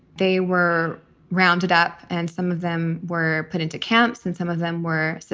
they were rounded up and some of them were put into camps and some of them were